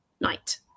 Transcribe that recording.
night